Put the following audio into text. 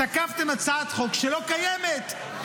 תקפתם הצעת חוק שלא קיימת.